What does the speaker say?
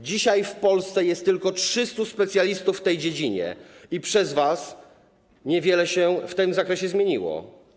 Dzisiaj w Polsce jest tylko 300 specjalistów w tej dziedzinie i przez was niewiele się w tym zakresie zmieniło.